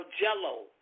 jello